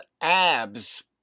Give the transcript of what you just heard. abs